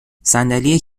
صندلی